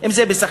אם זה בסח'נין,